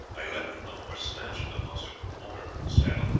i leapt from the horse, snatched the mussuk of water from the saddle,